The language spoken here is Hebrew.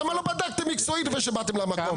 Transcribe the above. למה לא בדקתם מקצועית לפני שבאתם למקום?